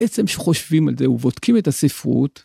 בעצם כשחושבים על זה ובודקים את הספרות.